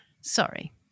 Sorry